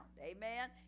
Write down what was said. amen